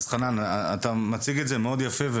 חנן, אתה מציג את זה יפה אבל